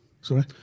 Sorry